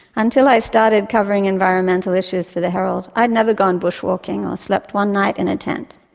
until i started covering environmental issues for the herald, i'd never gone bushwalking or slept one night in a tent,